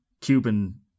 Cuban